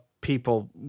people